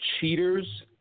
cheaters